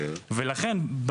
ולכן,